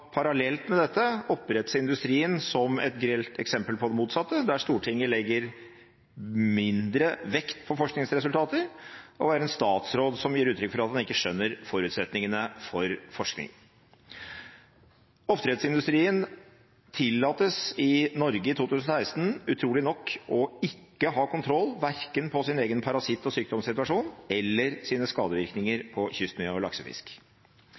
parallelt med dette, oppdrettsindustrien som et grelt eksempel på det motsatte – Stortinget legger mindre vekt på forskningsresultater, og man har en statsråd som gir uttrykk for at han ikke skjønner forutsetningene for forskning. Oppdrettsindustrien tillates i Norge i 2016 utrolig nok å ikke ha kontroll verken på sin egen parasitt- og sykdomssituasjon eller sine skadevirkninger på kystmiljø og laksefisk.